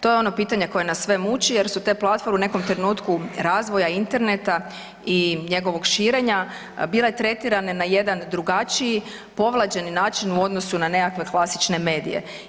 To je ono pitanje koje nas sve muču jer su te platforme u nekom trenutku razvoja interneta i njegovog širenja bile tretirane na jedna drugačiji povlađeni način u odnosu na nekakve klasične medije.